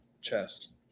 chest